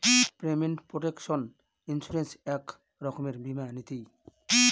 payment protection insurance এক রকমের বীমা নীতি